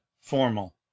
formal